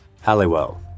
Halliwell